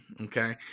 Okay